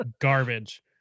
garbage